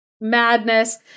madness